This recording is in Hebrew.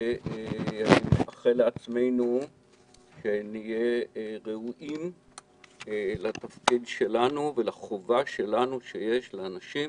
ואני מאחל לנו שנהיה ראויים לתפקיד שלנו ולחובה שלנו כלפי האנשים